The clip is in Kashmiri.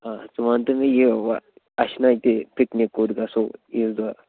آ ژٕ وَن تہٕ مےٚ یہِ اَسہِ چھُنا یہِ پِکنِک کوٚت گَژھوعیٖذ دۄہ